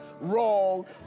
wrong